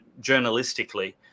journalistically